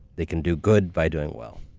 they can do good by doing well.